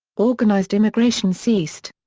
organised immigration ceased.